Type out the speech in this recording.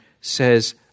says